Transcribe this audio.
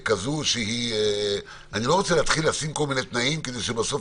אני לא רוצה להתחיל לשים כל מיני תנאים כדי שבסוף